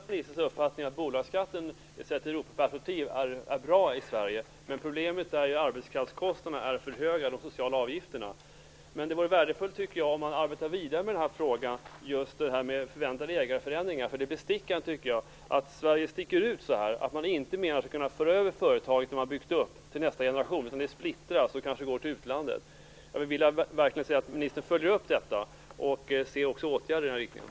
Fru talman! Jag delar ministerns uppfattning att bolagsskatten är bra i Sverige sett i ett Europaperspektiv. Men problemet är ju att arbetkraftskostnaderna och de sociala avgifterna är för höga. Jag tycker att det vore värdefullt om man arbetar vidare med frågan om förväntade ägarförändringar. Det är bestickande att Sverige sticker ut så här och att man inte skall kunna föra över det företag man har byggt upp till nästa generation, utan att det skall splittras och kanske gå till utlandet. Jag vill verkligen att ministern följer upp detta och kommer med åtgärder i den här riktningen.